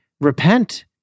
repent